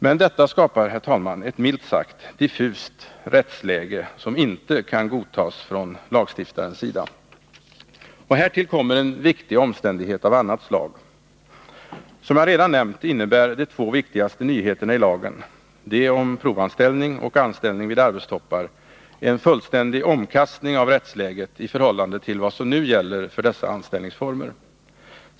Men detta skapar, herr talman, ett milt talat diffust rättsläge, som inte kan godtas från lagstiftarens sida. Härtill kommer en viktig omständighet av annat slag. Som jag redan nämnt innebär de två viktigaste nyheterna i lagen — de om provanställning och anställning vid arbetstoppar — en fullständig omkastning av rättsläget i förhållande till vad som nu gäller för dessa anställningsformer.